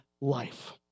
life